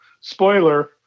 spoiler